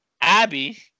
Abby